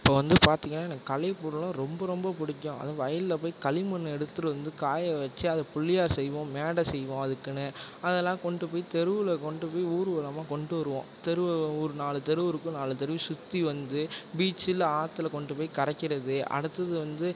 இப்போ வந்து பார்த்தீங்கன்னா எனக்கு கலைப் பொருள்னா ரொம்ப ரொம்ப பிடிக்கும் அதும் வயலில் போய் களிமண் எடுத்துகிட்டு வந்து காய வச்சு அதில் பிள்ளையார் செய்வோம் மேடை செய்வோம் அதுக்குன்னு அதெல்லாம் கொண்டுட்டு போய் தெருவில் கொண்டுட்டு போய் ஊர்வலமாக கொண்டுட்டு வருவோம் தெருவு ஒரு நாலு தெருவு இருக்கும் நாலு தெருவையும் சுற்றி வந்து பீச் இல்லை ஆற்றுல கொண்டு போய் கரைக்கிறது அடுத்தது வந்து